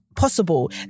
possible